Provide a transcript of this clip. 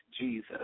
Jesus